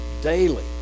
daily